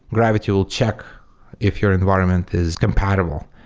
gravity will check if your environment is compatible.